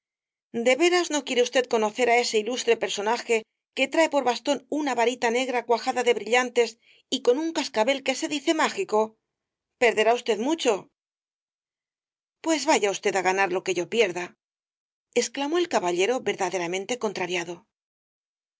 de veras no quiere usted conocer á ese ilustre personaje que trae por bastón una varita negra cuajada de brillantes y con un cascabel que se dice mágico perderá usted mucho pues vaya usted á ganar lo que yo pierda exclamó el caballero verdaderamente contrariado el